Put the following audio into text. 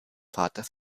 vater